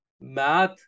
math